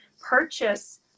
Purchase